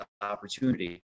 opportunity